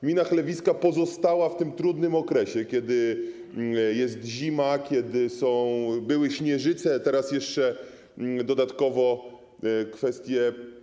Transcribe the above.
Gmina Chlewiska pozostała w tym trudnym okresie, kiedy jest zima, kiedy były śnieżyce, a teraz jeszcze dodatkowo są kwestie.